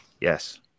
yes